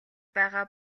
байгаа